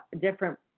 different